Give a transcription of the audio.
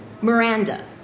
Miranda